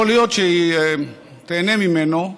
יכול להיות שהיא תיהנה ממנו,